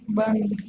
બંધ